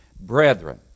Brethren